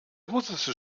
russische